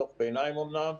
דוח ביניים אומנם.